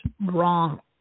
wrong